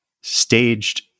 staged